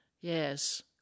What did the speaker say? Yes